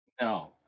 no